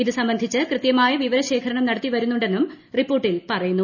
ഇത് സംബന്ധിച്ച് കൃതൃമായി വിവരശേഖരണം നടത്തി വരുന്നുണ്ടെന്നും രിപ്പോർട്ടിൽ പറയുന്നു